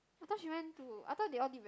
I thought she went to I thought they all did very